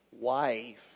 wife